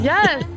Yes